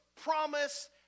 promise